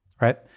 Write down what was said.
right